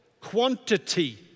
quantity